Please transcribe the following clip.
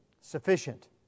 sufficient